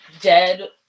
dead